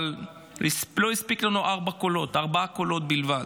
אבל היו חסרים לנו ארבעה קולות בלבד.